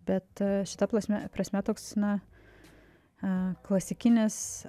bet šita plasme prasme toks na a klasikinis